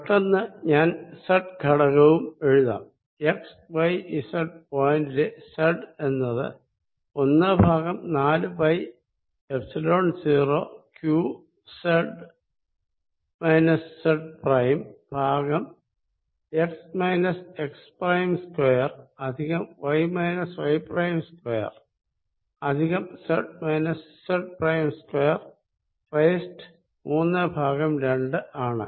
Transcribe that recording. പെട്ടെന്ന് ഞാൻ സെഡ് ഘടകവും എഴുതാം എക്സ്വൈസെഡ് പോയിന്റ് ലെ സെഡ് എന്നത് ഒന്ന് ഭാഗം നാലു pi epsilon 0 Q Z minus Z prime ഭാഗം X minus X prime square plus Y minus Y prime square plus Z minus Z prime square raised മൂന്ന് ഭാഗം രണ്ട് ആണ്